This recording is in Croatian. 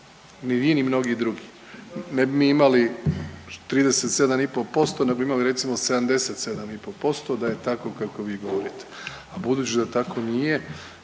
ni vi, ni mnogi drugi. Ne bi mi imali 37 i pol posto, nego bi imali recimo 77 i pol posto da je tako kako vi govorite, a budući da tako nije